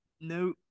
no